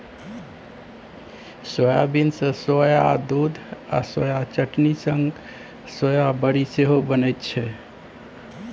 soybean सँ soya दुध आ सोया चटनी संग संग सोया बरी सेहो बनै छै